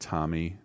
Tommy